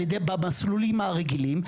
במסלולים הרגילים,